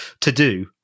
to-do